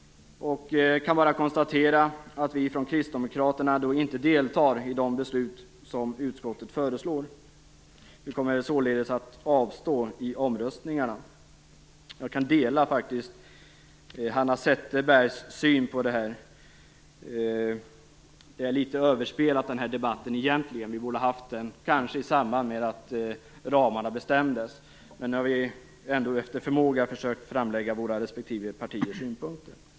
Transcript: Jag kan bara konstatera att vi kristdemokrater inte deltar i de beslut som utskottet föreslår. Vi kommer således att avstå från att delta i omröstningarna. Jag delar Hanna Zetterbergs uppfattning, att den här debatten egentligen är något överspelad. Vi borde kanske ha haft den i samband med att ramarna bestämdes. Efter förmåga har vi ändå försökt lägga fram våra synpunkter.